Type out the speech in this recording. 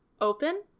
open